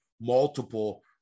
multiple